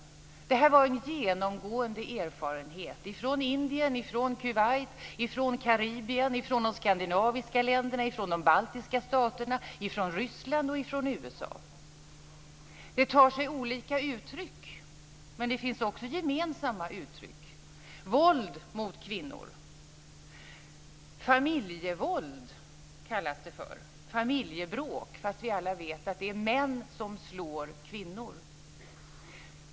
Det här var en genomgående erfarenhet från Indien, Kuwait, Karibien, de skandinaviska länderna och de baltiska staterna, Ryssland och USA. Det tar sig olika uttryck, men det fanns också gemensamma uttryck. Våld mot kvinnor, familjebråk kallas det för, fast vi vet att det är män som slår kvinnor.